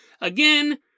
Again